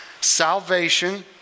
Salvation